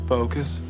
Focus